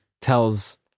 tells